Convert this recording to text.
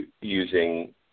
using